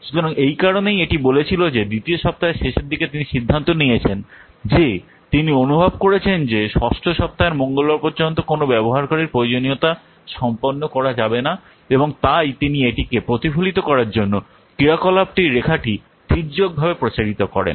সুতরাং এই কারণেই এটি বলেছিল যে দ্বিতীয় সপ্তাহের শেষের দিকে তিনি সিদ্ধান্ত নিয়েছেন যে তিনি অনুভব করেছেন যে ষষ্ঠ সপ্তাহের মঙ্গলবার পর্যন্ত কোনও ব্যবহারকারীর প্রয়োজনীয়তা সম্পন্ন করা যাবে না এবং তাই তিনি এটিকে প্রতিফলিত করার জন্য ক্রিয়াকলাপটির রেখাটি তির্যকভাবে প্রসারিত করেন